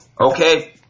Okay